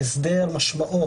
ההסדר משמעו,